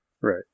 Right